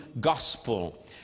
gospel